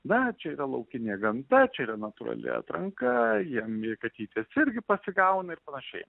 na čia yra laukinė gamta čia yra natūrali atranka jame katytės irgi pasigauna ir panašiai